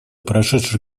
прошедший